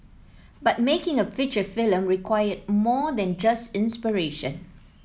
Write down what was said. but making a feature film required more than just inspiration